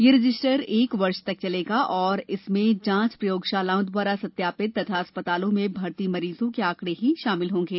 यह रजिस्टर एक वर्ष तक चलेगा और इसमें जांच प्रयोगशालाओं द्वारा सत्यापित तथा अस्पतालों में भर्ती मरीजों के आंकडे ही शामिल होंगे